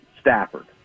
Stafford